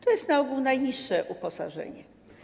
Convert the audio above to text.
To jest na ogół najniższe uposażenie.